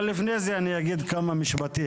אבל, לפני זה אני אגיד כמה משפטים.